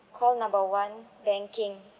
call number one banking